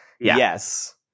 Yes